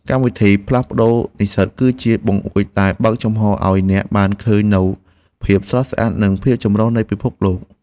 កម្មវិធីផ្លាស់ប្តូរនិស្សិតគឺជាបង្អួចដែលបើកចំហរឱ្យអ្នកបានឃើញនូវភាពស្រស់ស្អាតនិងភាពចម្រុះនៃពិភពលោក។